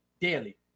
Daily